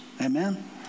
Amen